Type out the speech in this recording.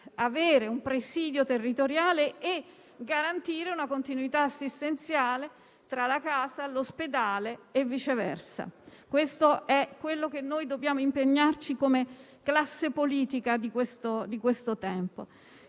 avere un presidio territoriale e garantire una continuità assistenziale tra la casa, l'ospedale e viceversa. È l'obiettivo per cui dobbiamo impegnarci come classe politica di questo tempo.